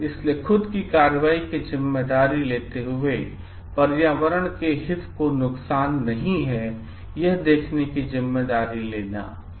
इसलिए खुद की कार्रवाई की जिम्मेदारी लेते हुए पर्यावरण के हित को नुकसान नहीं है यह देखने की जिम्मेदारी लेना है